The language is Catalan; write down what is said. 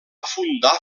fundar